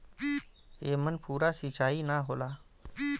एमन पूरा सींचाई ना होला